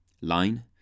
line